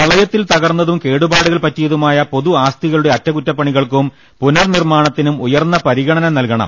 പ്രളയത്തിൽ തകർന്നതും കേടുപാടുകൾ പറ്റിയതുമായ പൊതു ആസ്തികളുടെ അറ്റകുറ്റ പണികൾക്കും പുനർ നിർമ്മാ ണത്തിനും ഉയർന്ന പരിഗണന നൽകണം